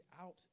out